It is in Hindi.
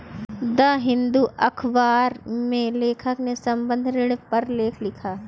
द हिंदू अखबार में लेखक ने संबंद्ध ऋण पर लेख लिखा